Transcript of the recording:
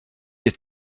êtes